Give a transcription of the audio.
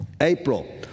April